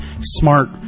smart